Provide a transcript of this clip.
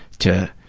to